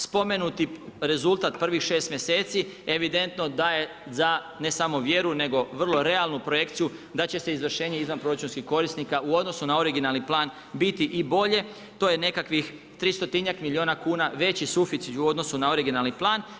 Spomenuti rezultat prvih 6 mjeseci evidentno daje za ne samo vjeru nego vrlo realnu projekciju da će se izvršenje izvanproračunskih korisnika u odnosu na originalni plan biti i bolje, to je nekakvih 300-tinjak milijuna kuna veći suficit u odnosu na originalni plan.